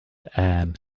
ann